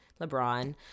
LeBron